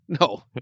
No